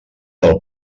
del